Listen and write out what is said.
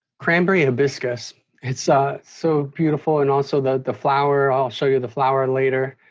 cranberry hibiscus it's ah so beautiful and also the the flower, i'll show you the flower later.